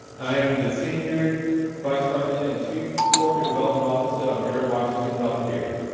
i am the senior vice president and chief corporate development officer of mary washington healthcare.